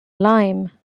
lime